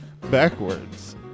backwards